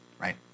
right